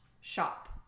shop